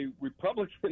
Republican